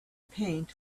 paint